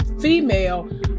female